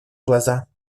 глаза